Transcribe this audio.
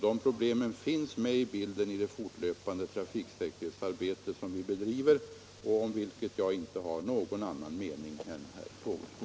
De problemen finns med i bilden i det fortlöpande trafiksäkerhetsarbete som bedrivs och om vilket jag inte har någon annan mening än herr Fågelsbo.